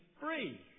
free